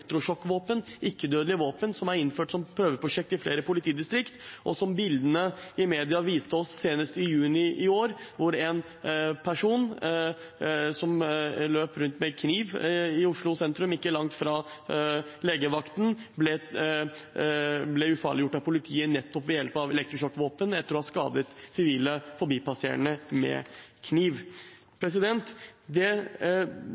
våpen, som er innført som prøveprosjekt i flere politidistrikt – og som bildene i media viste oss senest i juni i år, da en person som løp rundt med en kniv ikke langt fra legevakten i Oslo sentrum, ble ufarliggjort av politiet nettopp ved hjelp av elektrosjokkvåpen, etter at denne personen hadde skadet sivile forbipasserende med